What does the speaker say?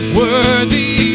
worthy